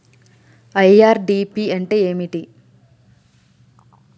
IRDP అంటే ఏమిటి?